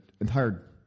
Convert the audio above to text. entire